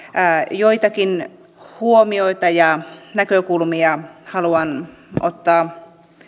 joitakin huomioita ja näkökulmia haluan ottaa